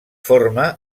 forma